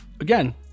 Again